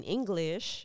English